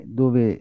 dove